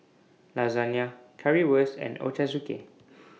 Lasagne Currywurst and Ochazuke